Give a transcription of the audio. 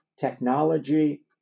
technology